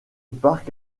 parc